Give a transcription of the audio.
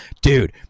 dude